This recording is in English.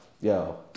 Yo